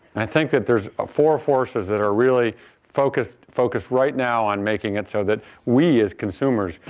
i think that there's four forces that are really focused focused right now on making it so that we, as consumers,